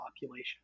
population